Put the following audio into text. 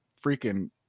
freaking